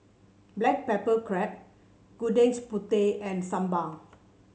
Black Pepper Crab Gudeg's Putih and sambal